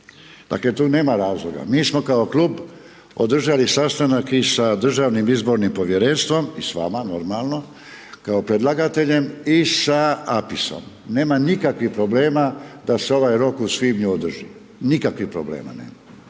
Dakle tu nema razloga. Mi smo kao klub održali sastanak i sa državnim izbornim povjerenstvom i sa vama normalno kao predlagateljem i sa APIS-om. Nema nikakvih problema da se ovaj rok u svibnju održi, nikakvih problema nema.